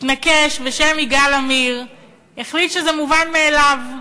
מתנקש בשם יגאל עמיר החליט שזה מובן מאליו,